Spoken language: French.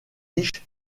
riche